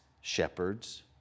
shepherds